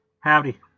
Howdy